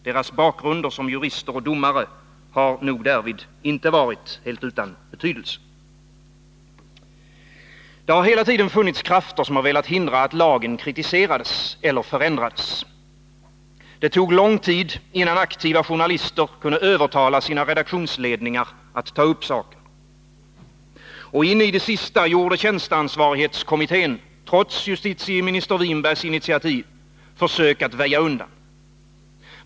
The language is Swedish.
Deras bakgrunder som jurister och domare har nog därvid inte varit utan betydelse. Det har hela tiden funnits krafter som velat hindra att lagen kritiserades eller förändrades. Det tog lång tid innan aktiva journalister kunde övertala sina redaktionsledningar att ta upp saken. Och in i det sista gjorde tjänsteansvarighetskommittén, trots justitieminister Winbergs initiativ, försök att väja undan.